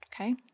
okay